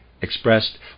expressed